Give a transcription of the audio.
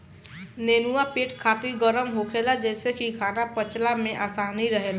नेनुआ पेट खातिर गरम होला जेसे की खाना पचला में आसानी रहेला